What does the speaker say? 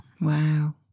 Wow